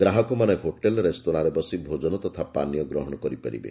ଗ୍ରାହକମାନେ ହୋଟେଲ ରେରୋସ୍ତରାଁରେ ବସି ଭୋଜନ ତଥା ପାନୀୟ ଗ୍ରହଶ କରିପାରିବେ